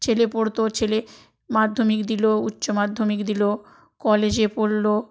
ছেলে পড়তো ছেলে মাধ্যমিক দিলো উচ্চ মাধ্যমিক দিলো কলেজে পড়লো